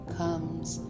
comes